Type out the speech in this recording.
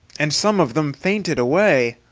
and some of them fainted away.